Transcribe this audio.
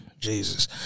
Jesus